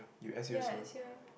ya I S_U